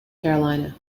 carolina